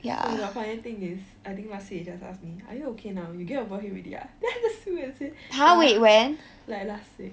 oh the funny thing is I think last week he just ask me are you okay now you get over him already ah then I just look and say ya like last week